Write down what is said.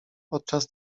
podczas